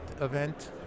event